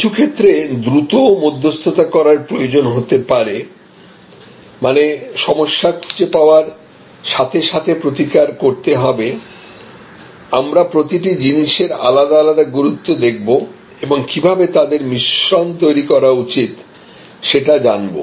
কিছু ক্ষেত্রে দ্রুত মধ্যস্থতা করার প্রয়োজন হতে পারে মানে সমস্যা খুঁজে পাওয়ার সাথে সাথে প্রতিকার করতে হবেআমরা প্রতিটি জিনিসের আলাদা আলাদা গুরুত্ব দেখব এবং কিভাবে তাদের মিশ্রণ তৈরি করা উচিত সেটা জানবো